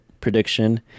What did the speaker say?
prediction